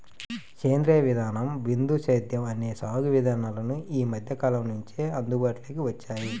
సేంద్రీయ విధానం, బిందు సేద్యం అనే సాగు విధానాలు ఈ మధ్యకాలం నుంచే అందుబాటులోకి వచ్చాయి